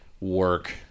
work